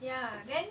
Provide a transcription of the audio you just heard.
ya then